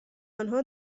آنها